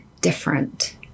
different